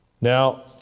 Now